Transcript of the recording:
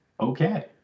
okay